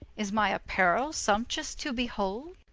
is my apparrell sumptuous to behold?